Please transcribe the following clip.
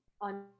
on